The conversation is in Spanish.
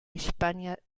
hispania